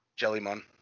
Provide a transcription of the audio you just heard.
Jellymon